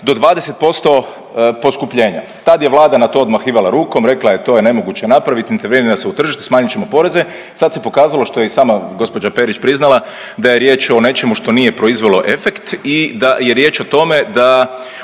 do 20% poskupljenja. Tad je Vlada na to odmahivala rukom, rekla je to je nemoguće napraviti, intervenira se u tržište, smanjit ćemo poreze, sad se pokazalo, što je i sama g. Perić priznala, da je riječ o nečemu što nije proizvelo efekt i da je riječ o tome da